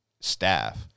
staff